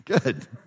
good